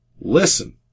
Listen